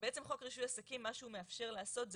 בעצם חוק רישוי עסקים מה שהוא מאפשר לעשות,